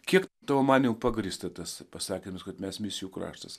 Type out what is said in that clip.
kiek tavo manymu pagrįstas pasakymas kad mes misijų kraštas